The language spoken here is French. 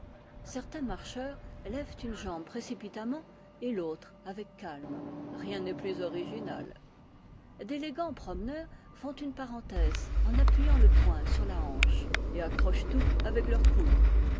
certains marcheurs lèvent une jambe précipitamment et l'autre avec calme rien n'est plus original d'élégants promeneurs font une parenthèse en appuyant le poing sur la hanche et accrochent tout avec leur coude